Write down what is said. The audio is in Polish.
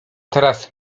teraz